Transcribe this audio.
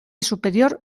superior